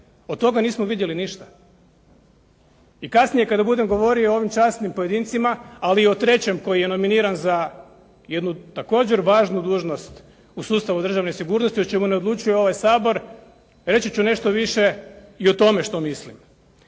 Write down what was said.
Od toga nismo vidjeli ništa. I kasnije kada budem govorio o ovim časnim pojedincima, ali i o trećem koji je nominiran za jednu također važnu dužnost u sustavu državne sigurnosti, o čemu ne odlučuje ovaj Sabor, reći ću nešto više i o tome što mislim.